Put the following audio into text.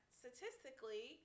statistically